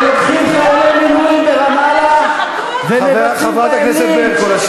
שלוקחים חיילי מילואים ברמאללה ומבצעים בהם לינץ'.